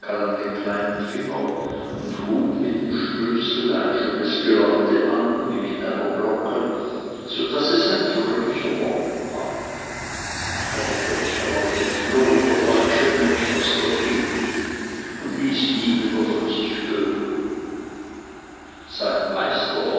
den kleinen finger und hob mit dem stößel ein schönes geläute an wie mit einer glocke so daß es ein fröhlicher morgen ward aber kurz darauf entfloh der falsche mensch aus der gegend und ließ nie wieder von sich hören sein meister